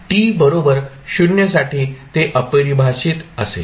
t बरोबर 0 साठी ते अपरिभाषित असेल